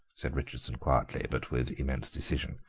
said richardson quietly, but with immense decision.